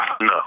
No